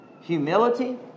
Humility